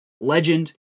legend